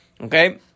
okay